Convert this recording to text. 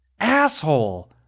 Asshole